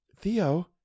Theo